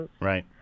Right